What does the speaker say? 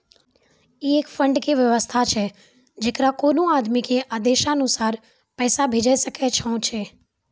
ई एक फंड के वयवस्था छै जैकरा कोनो आदमी के आदेशानुसार पैसा भेजै सकै छौ छै?